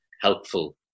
helpful